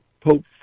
Pope